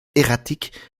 erratique